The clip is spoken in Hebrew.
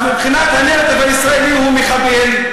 אז מבחינת הנרטיב הישראלי הוא מחבל,